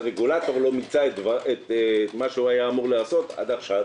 הרגולטור לא מיצה את מה שהוא היה אמור לעשות עד עכשיו,